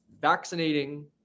vaccinating